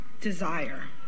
desire